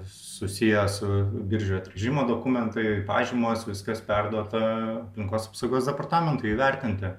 susiję su biržių atrėžimo dokumentai pažymos viskas perduota aplinkos apsaugos departamentui įvertinti